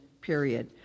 period